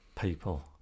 people